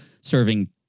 serving